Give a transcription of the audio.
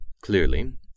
Clearly